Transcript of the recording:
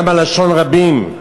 למה לשון רבים?